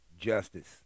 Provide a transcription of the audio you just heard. justice